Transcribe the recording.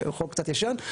חוק קצת ישן.